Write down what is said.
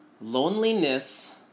Loneliness